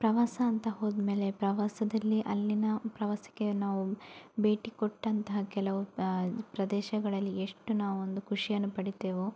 ಪ್ರವಾಸ ಅಂತ ಹೋದಮೇಲೆ ಪ್ರವಾಸದಲ್ಲಿ ಅಲ್ಲಿನ ಪ್ರವಾಸಕ್ಕೆ ನಾವು ಭೇಟಿ ಕೊಟ್ಟಂತಹ ಕೆಲವು ಪ್ರದೇಶಗಳಲ್ಲಿ ಎಷ್ಟು ನಾವೊಂದು ಖುಷಿಯನ್ನು ಪಡಿತೇವೋ